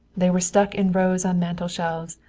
they were stuck in rows on mantel-shelves.